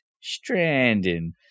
Stranding